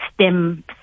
STEM